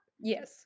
Yes